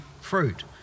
fruit